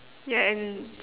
ya and